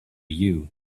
you